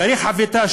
כריך חביתה,